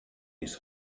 bis